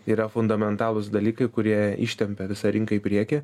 yra fundamentalūs dalykai kurie ištempia visą rinką į priekį